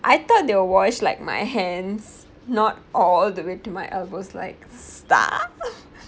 I thought they will wash like my hands not all the way to my elbows like star